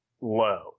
low